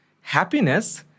happiness